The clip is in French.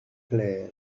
claire